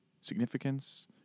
Significance